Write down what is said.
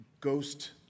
Ghost